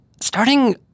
starting